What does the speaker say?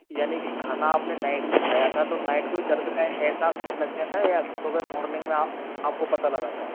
यानि कि खाना आपने नाईट को खाया था तो नाईट को ही दर्द का एहसास होने लग गया था या सुबह मोर्निग में आपको पता लगा था